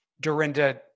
Dorinda